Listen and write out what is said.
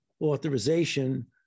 authorization